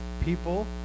People